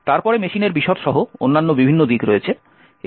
তারপরে মেশিনের বিশদ সহ অন্যান্য বিভিন্ন দিক রয়েছে